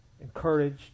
encouraged